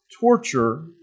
torture